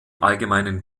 allgemeinen